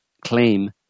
claim